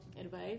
advice